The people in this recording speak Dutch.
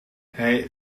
hij